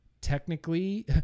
technically